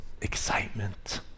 excitement